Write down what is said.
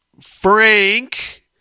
Frank